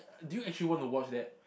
do you actually want to watch that